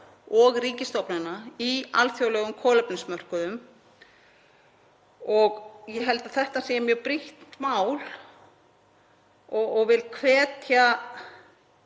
og ríkisstofnana á alþjóðlegum kolefnismörkuðum. Ég held að þetta sé mjög brýnt mál og vil hvetja